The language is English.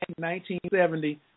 1970